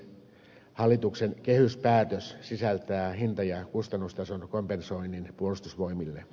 hallituksen kehyspäätös sisältää hinta ja kustannustason kompensoinnin puolustusvoimille